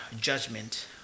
judgment